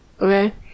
Okay